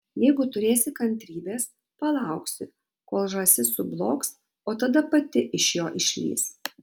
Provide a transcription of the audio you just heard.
jeigu turėsi kantrybės palauksi kol žąsis sublogs o tada pati iš jo išlįs